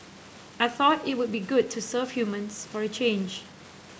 I thought it would be good to serve humans for a change